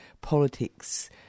politics